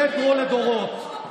מטרו לדורות,